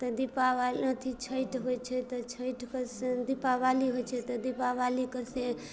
तऽ दीपावली अथी छैठ होइ छै तऽ छैठके से दीपावली होइ छै तऽ दीपावलीके से